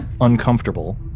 uncomfortable